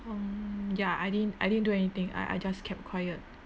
um ya I didn't I didn't do anything I I just kept quiet